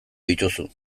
dituzu